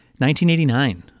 1989